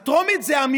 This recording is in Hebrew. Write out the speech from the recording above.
הטרומית, זה אמירה.